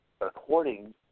According